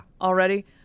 already